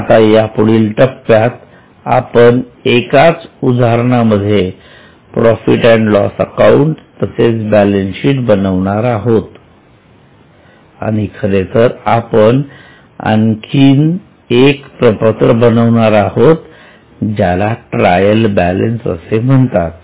आता यापुढील टप्प्यात आपण एकाच उदाहरणांमध्ये प्रॉफिट अँड लॉस अकाउंट तसेच बॅलन्स शीट बनवणार आहोत आणि खरेतर आपण आणखीन एक प्रपत्र बनवणार आहोत ज्याला ट्रायल बॅलन्स असे म्हणतात